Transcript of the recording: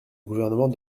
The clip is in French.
gouvernement